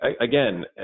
Again